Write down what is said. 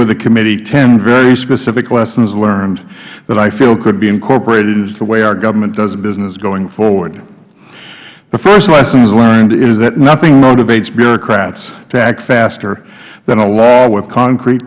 with the committee ten very specifics lessons learned that i feel could be incorporated into the way our government does business going forward the first lessons learned is nothing motivates bureaucrats to act faster than a law with concrete